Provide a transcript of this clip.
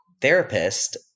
therapist